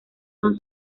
son